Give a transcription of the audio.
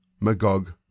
Magog